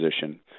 position